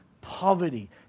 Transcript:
poverty